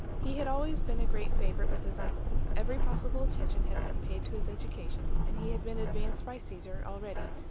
he had always been a great favorite with his uncle. every possible attention had been paid to his education, and he had been advanced by caesar, already,